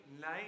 night